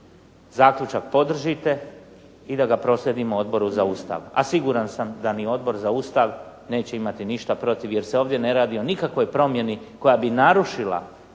zaključak podržite i da ga proslijedimo Odboru za Ustav, a siguran sam da ni Odbor za Ustav neće imati ništa protiv jer se ovdje ne radi o nikakvoj promjeni koja bi narušila